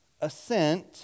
assent